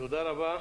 תודה רבה.